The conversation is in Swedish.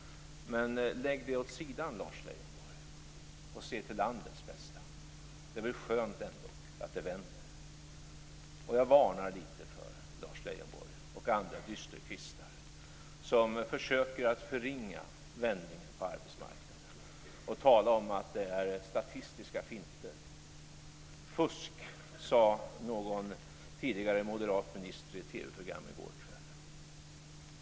Men lägg det åt sidan, Lars Leijonborg, och se till landets bästa! Det är väl skönt ändå att det vänder? Jag varnar Lars Leijonborg och andra dysterkvistar som försöker att förringa vändningen på arbetsmarknaden och tala om att det här är statistiska finter. "Fusk" sade någon tidigare moderat minister i ett TV-program i går kväll.